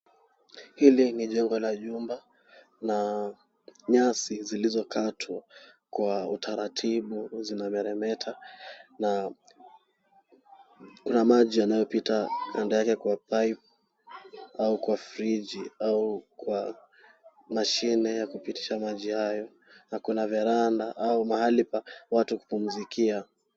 Hili ni jengo la jumba na nyasi zilizokatwa kwa utaratibu zinameremeta na maji yanayopita kando yake kwa pipe au kwa friji au kwa mashine ya kupitisha maji hayo na kuna verranda au mahali pa watu kupumzikia.